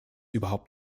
überhaupt